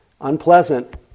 Unpleasant